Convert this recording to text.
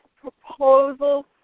Proposal